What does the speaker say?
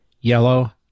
yellow